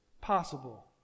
possible